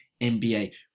NBA